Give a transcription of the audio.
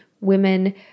women